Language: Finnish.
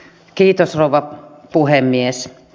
kiitos rouva puhemies